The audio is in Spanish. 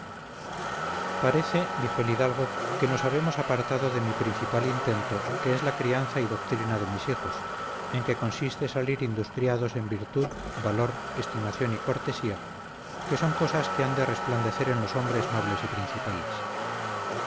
parece dijo el hidalgo que nos habemos apartado de mi principal intento que es la crianza y doctrina de mis hijos en que consiste salir industriados en virtud valor estimación y cortesía que son cosas que han de resplandecer en los hombres nobles y principales